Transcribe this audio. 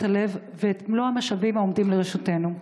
הלב ואת מלוא המשאבים העומדים לרשותנו.